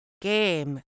game